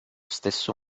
stesso